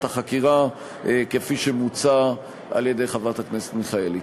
החקירה כפי שמוצע על-ידי חברת הכנסת מיכאלי.